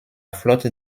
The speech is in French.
flotte